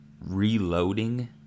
reloading